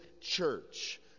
church